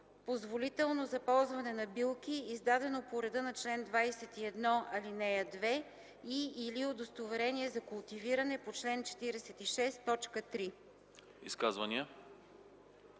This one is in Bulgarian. „позволително за ползване на билки, издадено по реда на чл. 21, ал. 2 и/или удостоверение за култивиране по чл. 46, т.